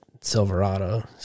Silverado